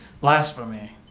Blasphemy